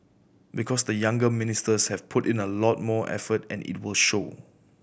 because the younger ministers have put in a lot more effort and it will show